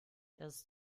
erst